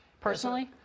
personally